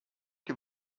que